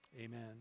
Amen